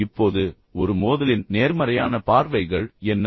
இப்போது ஒரு மோதலின் நேர்மறையான பார்வைகள் என்ன